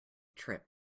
trip